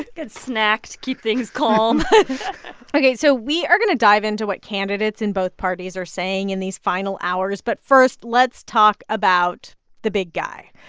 good snack to keep things calm ok, so we are going to dive into what candidates in both parties are saying in these final hours. but first, let's talk about the big guy,